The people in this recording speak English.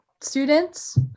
students